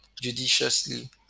judiciously